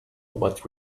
what